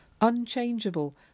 unchangeable